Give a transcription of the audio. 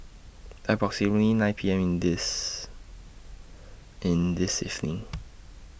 approximately nine P M in This in This evening